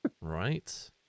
Right